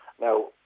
Now